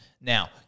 Now